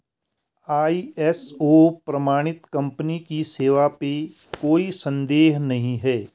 ISO प्रमाणित company की सेवा पे कोई संदेह नहीं है